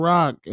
Rock